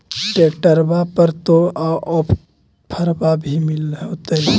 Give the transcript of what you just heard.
ट्रैक्टरबा पर तो ओफ्फरबा भी मिल होतै?